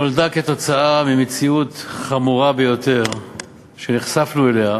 נולדה ממציאות חמורה ביותר שנחשפנו אליה,